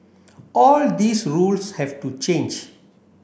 all these rules have to change